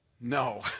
no